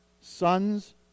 sons